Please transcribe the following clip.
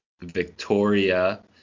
Victoria